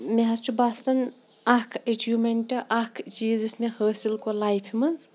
مےٚ حظ چھُ باسان اَکھ اچیٖومٮ۪نٛٹ اَکھ چیٖز یُس مےٚ حٲصِل کوٚر لایفہِ منٛز